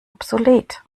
obsolet